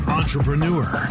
entrepreneur